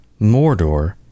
Mordor